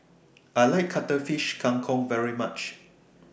I like Cuttlefish Kang Kong very much